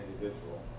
individual